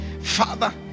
Father